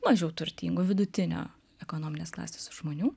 mažiau turtingų vidutinio ekonominės klasės žmonių